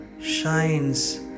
shines